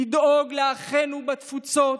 לדאוג לאחינו בתפוצות,